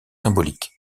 symboliques